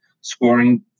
Scoring